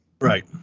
Right